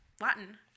Latin